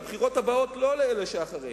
כלומר לבחירות הבאות ולא לאלה שאחריהן.